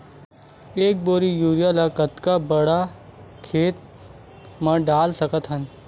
एक बोरी यूरिया ल कतका बड़ा खेत म डाल सकत हन?